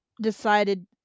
decided